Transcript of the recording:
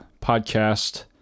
podcast